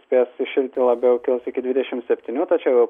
spės sušilti labiau kils iki dvidešim septynių tačiau jau